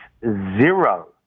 zero